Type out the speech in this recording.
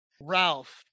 Ralph